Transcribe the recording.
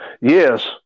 Yes